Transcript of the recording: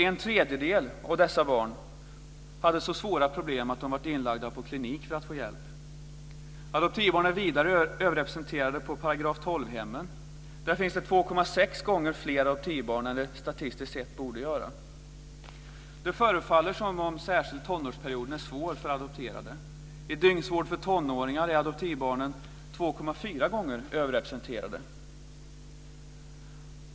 En tredjedel av dessa barn hade så svåra problem att de varit inlagda på klinik för att få hjälp. Adoptivbarn är vidare överrepresenterade på § 12 hemmen. Där finns det 2,6 gånger fler adoptivbarn än det statistiskt sett borde göra. Det förefaller som att särskilt tonårsperioden är svår för adopterade. I dygnsvård för tonåringar är adoptivbarnen överrepresenterade. Där är de 2,4 gånger så många.